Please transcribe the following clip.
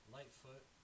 Lightfoot